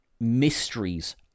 mysteries